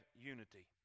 unity